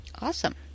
Awesome